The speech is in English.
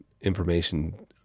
information